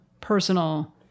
personal